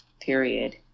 period